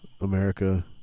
America